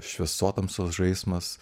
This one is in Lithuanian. šviesotamsos žaismas